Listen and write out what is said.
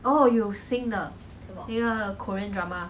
oh 有新的那个 korean drama